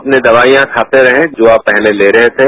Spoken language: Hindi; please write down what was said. अपनी दवाइयां खाते रहें जो आप पहले ले रहे थे